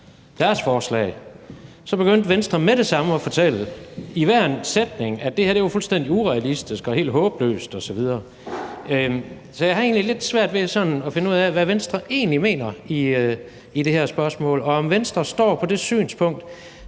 deres forslag, begyndte Venstre med det samme at fortælle – i hver en sætning – at det her var fuldstændig urealistisk og helt håbløst osv. Så jeg har egentlig lidt svært ved sådan at finde ud af, hvad Venstre mener i det her spørgsmål, og om Venstre står på det synspunkt,